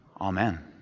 Amen